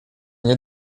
nie